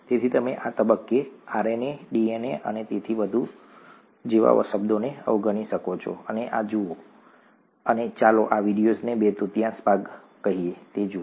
તેથી તમે આ તબક્કે આરએનએ ડીએનએ અને તેથી વધુ જેવા શબ્દોને અવગણી શકો છો અને આ જુઓ અને ચાલો આ વિડિઓનો બે તૃતીયાંશ ભાગ કહીએ તે જુઓ